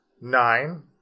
nine